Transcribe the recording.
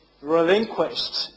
relinquished